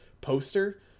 poster